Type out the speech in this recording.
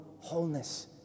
wholeness